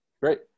Great